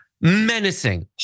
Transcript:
menacing